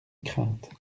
crainte